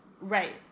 Right